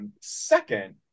second